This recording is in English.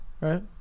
right